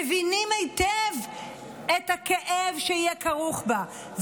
מבינים היטב את הכאב שיהיה כרוך בה,